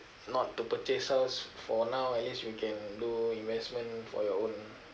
not to purchase house for now at least you can do investment for your own